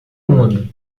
mundo